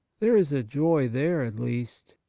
there is a joy there at least,